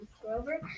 Grover